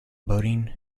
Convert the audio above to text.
boating